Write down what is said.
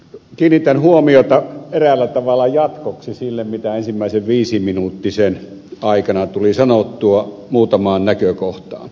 kiinnitän huomiota eräällä tavalla jatkoksi sille mitä ensimmäisen viisiminuuttisen aikana tuli sanottua muutamaan näkökohtaan